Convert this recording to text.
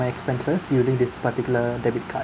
my expenses using this particular debit card